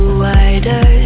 wider